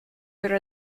their